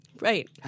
Right